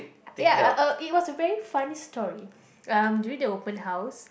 ya uh it was a very funny story uh during the open house